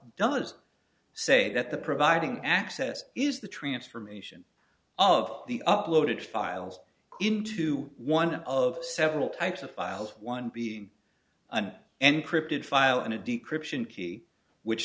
does say that the providing access is the transformation of the uploaded files into one of several types of files one being an encrypted file and a deep christian key which